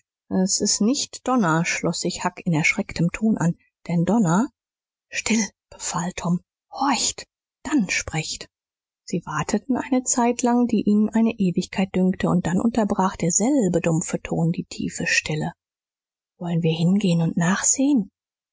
s ist nicht donner schloß sich huck in erschrecktem ton an denn donner still befahl tom horcht dann sprecht sie warteten eine zeitlang die ihnen eine ewigkeit dünkte und dann unterbrach derselbe dumpfe ton die tiefe stille wollen wir hingehen und nachsehen